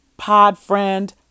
Podfriend